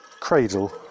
cradle